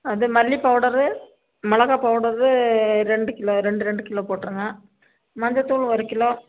அது மல்லி பவுடரு மிளகா பவுடரு ரெண்டு கிலோ ரெண்டு ரெண்டு கிலோ போட்டிருங்க மஞ்சள்தூள் ஒரு கிலோ